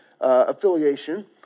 Affiliation